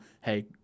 hey